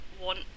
want